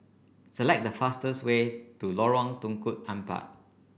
select the fastest way to Lorong Tukang Empat